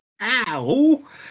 Ow